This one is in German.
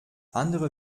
andere